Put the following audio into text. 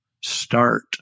start